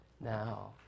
Now